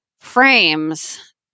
frames